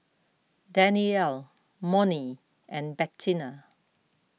Danniel Monnie and Bettina